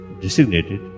designated